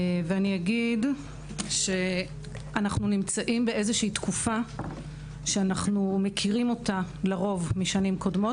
אנחנו נמצאים בתקופה שאנחנו מכירים לרוב משנים קודמות,